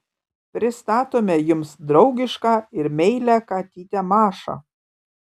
pristatome jums draugišką ir meilią katytę mašą